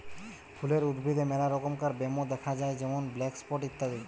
ফুলের উদ্ভিদে মেলা রমকার ব্যামো দ্যাখা যায় যেমন ব্ল্যাক স্পট ইত্যাদি